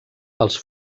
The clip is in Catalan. els